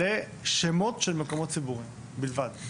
לשמות של מקומות ציבוריים בלבד.